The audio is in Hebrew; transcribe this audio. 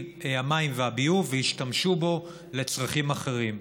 המים והביוב והשתמשו בו לצרכים אחרים.